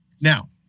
Now